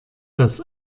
das